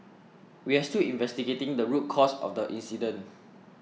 we are still investigating the root cause of the incident